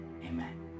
amen